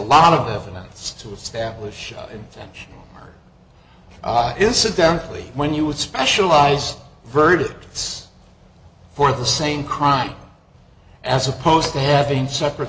lot of evidence to establish and incidentally when you would specialize verdicts for the same crime as opposed to having separate